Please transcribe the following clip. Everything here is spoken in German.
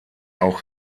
auch